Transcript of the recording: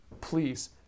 please